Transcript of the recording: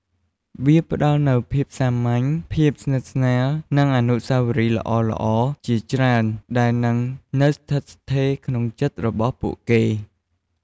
វាផ្ដល់នូវភាពសាមញ្ញ ភាពស្និទ្ធស្នាល និងអនុស្សាវរីយ៍ល្អៗជាច្រើនដែលនឹងនៅស្ថិតស្ថេរក្នុងចិត្តរបស់ពួកគេ។